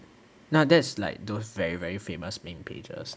nah that's like those very very famous meme pages